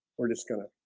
we're just gonna